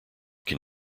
can